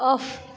off